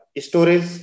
storage